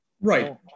right